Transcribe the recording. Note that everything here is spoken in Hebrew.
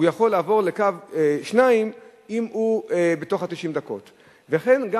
הוא יכול לעבור לקו 2 אם הוא בתוך 90 הדקות,